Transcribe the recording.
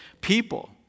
people